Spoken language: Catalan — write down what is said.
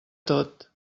tot